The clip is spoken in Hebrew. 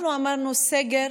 אנחנו אמרנו, סגר